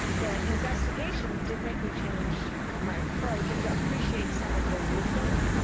the investigation did make me change my approach and appreciate some of the wisdom.